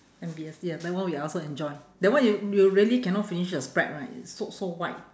M_B_S ya that one we also enjoy that one you you really cannot finish the spread right it's so so wide